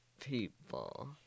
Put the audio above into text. people